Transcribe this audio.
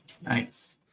Nice